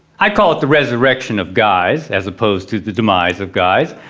i call it the resurrection of guys as opposed to the demise of guys.